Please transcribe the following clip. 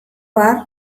har